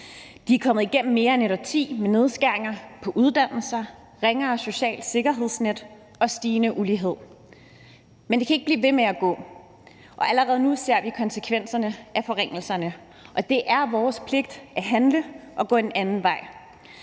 De er kommet igennem mere end et årti med nedskæringer på uddannelser, ringere socialt sikkerhedsnet og stigende ulighed. Men det kan ikke blive ved med at gå, og allerede nu ser vi konsekvenserne af forringelserne, og det er vores pligt at handle og gå en anden vej.